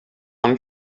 them